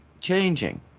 changing